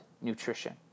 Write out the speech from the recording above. nutrition